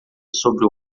sobre